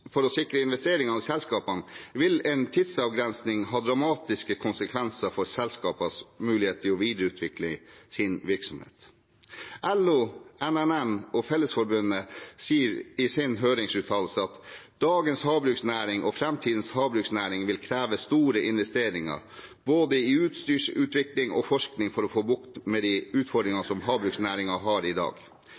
for å sikre investeringer i selskapene, vil en tidsavgrensning ha dramatiske konsekvenser for selskapenes mulighet til å videreutvikle sin virksomhet. LO, NNN og Fellesforbundet sier i sin høringsuttalelse at dagens havbruksnæring og framtidens havbruksnæring vil kreve store investeringer både i utstyrsutvikling og i forskning for å få bukt med de utfordringene som havbruksnæringen har i dag.